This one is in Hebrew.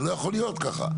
זה לא יכול להיות ככה.